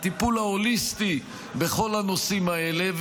הטיפול ההוליסטי בכל הנושאים האלה.